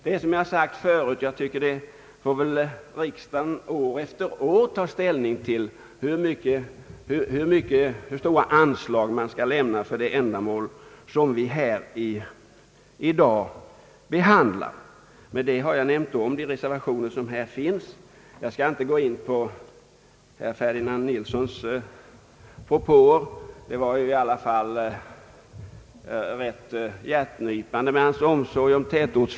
Men som jag tidigare sagt får ju riksdagen år för år ta ställning till hur stora anslag som skall ges för de ändamål det gäller. Därmed har jag, herr talman, talat om de reservationer som föreligger, och jag skall inte gå in på herr Ferdinand Nilssons propåer. Hans ord om tätortsfolket var ju ändå ganska hjärtknipande.